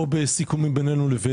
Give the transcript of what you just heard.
שני נושאים קשורים אלינו.